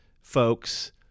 folks